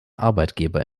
arbeitgeber